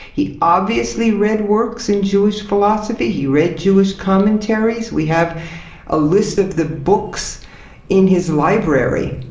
he obviously read works in jewish philosophy. he read jewish commentaries. we have a list of the books in his library,